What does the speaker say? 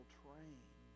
train